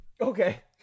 okay